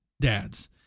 dads